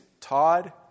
Todd